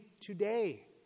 today